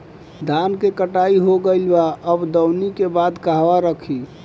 धान के कटाई हो गइल बा अब दवनि के बाद कहवा रखी?